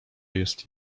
jest